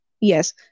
Yes